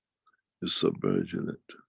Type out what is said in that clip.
submerge in it.